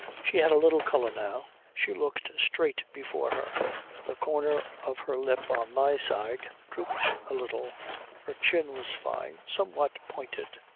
she had a little colour now. she looked straight before her the corner of her lip on my side drooped a little her chin was fine, somewhat pointed.